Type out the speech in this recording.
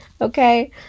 okay